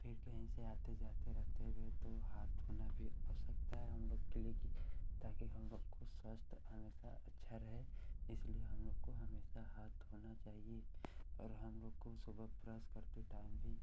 फिर कहीं से आते जाते रहते हुए तो हाथ धोना भी आवश्यकता है हमलोग के लिए कि ताकि हमलोग को स्वस्थ हमेशा अच्छा रहें इसलिए हमलोग को हमेशा हाथ धोना चाहिए और हमलोग को सुबह ब्रश करते टाइम भी